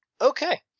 Okay